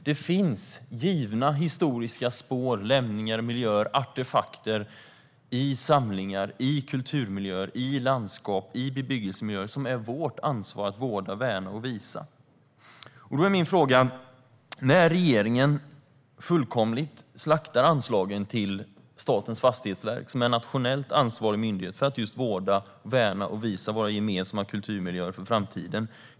Det finns givna historiska spår, lämningar och miljöer, artefakter i samlingar, i kulturmiljöer, i landskap och i bebyggelsemiljöer som är vårt ansvar att vårda, värna och visa. Min fråga är följande. Regeringen fullkomligt slaktar anslagen till Statens fastighetsverk, som är nationellt ansvarig myndighet för att just vårda, värna och visa våra gemensamma kulturmiljöer för framtiden.